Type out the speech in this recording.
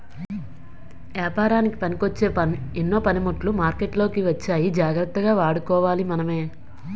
ఏపారానికి పనికొచ్చే ఎన్నో పనిముట్లు మార్కెట్లోకి వచ్చాయి జాగ్రత్తగా వాడుకోవాలి మనమే